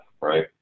right